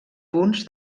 punts